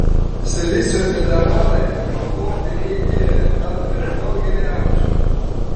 silicio mineralai naudoti indijoje dar prieš daugelį amžių